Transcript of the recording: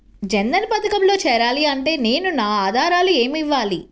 జన్ధన్ పథకంలో చేరాలి అంటే నేను నా ఆధారాలు ఏమి ఇవ్వాలి?